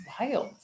wild